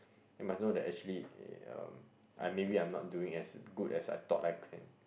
you must know that actually eh um I maybe I'm not doing as good as I thought that I can